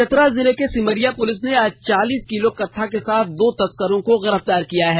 चतरा जिले के सिमरिया पुलिस ने आज चालीस किलो कत्था के साथ दो तस्करों को गिरफ्तार किया है